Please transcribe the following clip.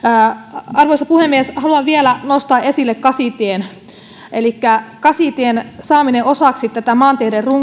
arvoisa puhemies haluan vielä nostaa esille kasitien kasitien saaminen osaksi maanteiden